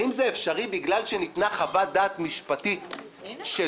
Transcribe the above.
האם זה אפשרי בגלל שניתנה חוות דעת משפטית שלא,